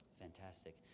Fantastic